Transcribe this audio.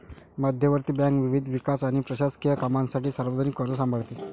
मध्यवर्ती बँक विविध विकास आणि प्रशासकीय कामांसाठी सार्वजनिक कर्ज सांभाळते